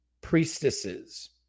priestesses